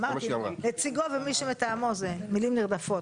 אמרתי נציגו או מי מטעמו זה מילים נרדפות,